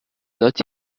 not